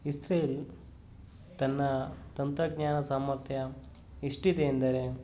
Israel ತನ್ನ ತಂತ್ರಜ್ಞಾನ ಸಾಮರ್ಥ್ಯ ಎಷ್ಟಿದೆ ಎಂದರೆ